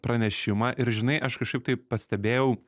pranešimą ir žinai aš kažkaip tai pastebėjau